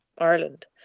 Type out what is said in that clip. Ireland